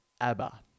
ABBA